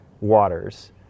waters